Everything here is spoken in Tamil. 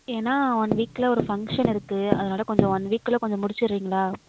ஏன்னால் ஒன் வீக்கில் ஒரு ஃபங்க்ஷன் இருக்குது அதனால் கொஞ்சம் ஒன் வீக்குள்ளே கொஞ்சம் முடிச்சுடுறீங்களா